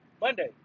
Monday